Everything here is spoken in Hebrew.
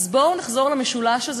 אז בואו נחזור למשולש הזה,